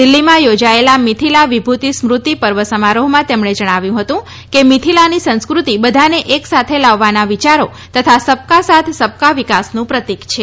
દિલ્ફીમાં યોજાયેલા મિથિલા વિભૂતિ સ્મૃતિ પર્વ સમારોહમાં તેમણે જણાવ્યું હ તું કે મિથિલાની સંસ્કૃતિ બધાને એક સાથે લાવવાનાં વિયારો તથા સબકા સાથ સબકા વિકાસનું પ્રતિક છે